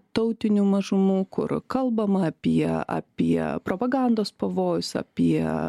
tautinių mažumų kur kalbama apie apie propagandos pavojus apie